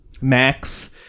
Max